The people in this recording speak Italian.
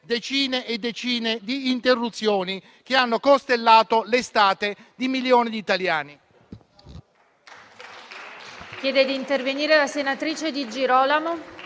decine e decine di interruzioni che hanno costellato l'estate di milioni di italiani.